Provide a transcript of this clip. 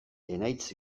enaitz